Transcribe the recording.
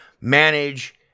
manage